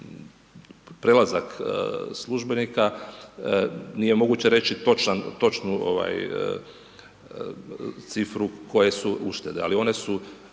prelazak službenika, nije moguće reći točnu cifru koje su uštede, ali one su